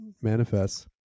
manifests